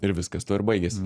ir viskas tuo ir baigėsi